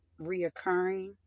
reoccurring